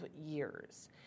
years